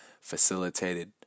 facilitated